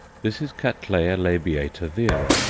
this is cattleya labiata vera.